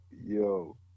Yo